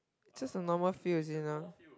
just a normal field is it not